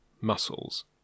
muscles